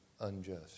unjust